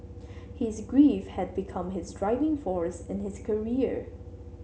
his grief had become his driving force in his career